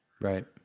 Right